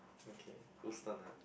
okay whose turn ah